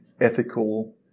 ethical